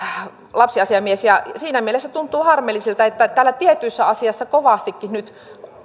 lapsiasiamies ja siinä mielessä tuntuu harmilliselta että että täällä tietyissä asioissa kovastikin nyt